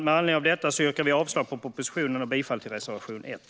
Med anledning av detta yrkar vi avslag på propositionen och bifall till reservation 1.